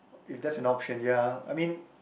if that's an option ya I mean